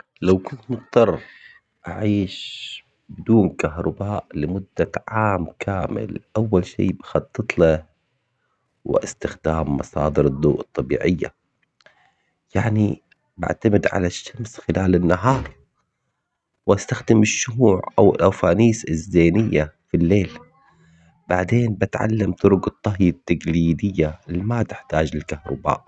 لو كنت مضطر اعيش بدون كهرباء لمدة عام كامل اول شي بخطط له واستخدام مصادر الضوء الطبيعية. يعني بعتمد على الشمس خلال النهار واستخدم الشموع او في الليل. بعدين بتعلم طرق الطهي بتقليدية اللي ما تحتاج للكهرباء